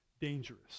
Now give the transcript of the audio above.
dangerous